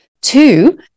Two